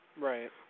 Right